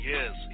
Yes